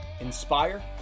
inspire